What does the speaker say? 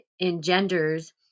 engenders